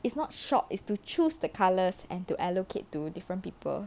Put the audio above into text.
it's not shop it's to choose the colours and to allocate to different people